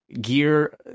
gear